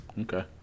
Okay